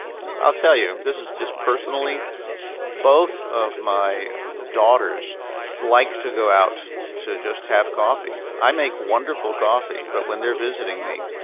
i'll tell you, this is just personally both of my daughters like to go out to just have coffee. i make wonderful coffee, but when they're visiting me,